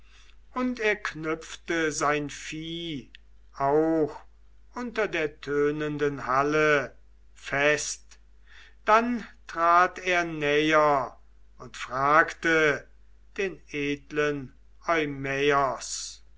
und er knüpfte sein vieh auch unter der tönenden halle fest dann trat er näher und fragte den edlen